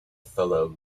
fellow